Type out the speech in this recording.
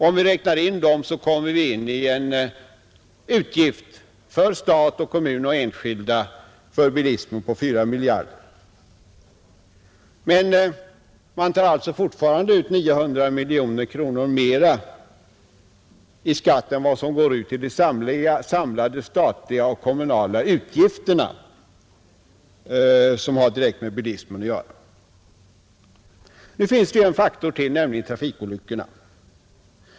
Om vi räknar in dem kommer vi till en utgift för bilismen för stat, kommuner och enskilda på 4 miljarder kronor. Men man tar alltså fortfarande ut 900 miljoner kronor mer i skatt än vad som går ut till de samlade statliga och kommunala utgifter som har direkt med bilismen att göra. Nu finns det en faktor till, nämligen trafikolyckorna.